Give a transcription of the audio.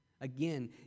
Again